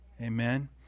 Amen